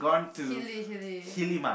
helli helli